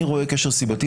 אני רואה קשר סיבתי,